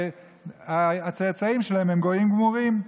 והצאצאים שלהם גויים גמורים.